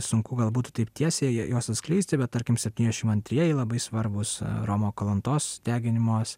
sunku gal būtų taip tiesiai juos atskleisti bet tarkim septyniasdešimt antrieji labai svarbūs romo kalantos deginimos